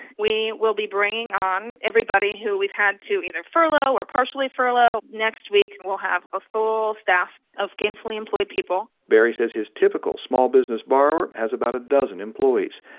we will be bringing on everybody who we've had to either furlough or partially furlough. next week, we'll have a full staff of gainfully employed people barry says his typical small-business borrower has about a dozen employees.